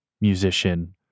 musician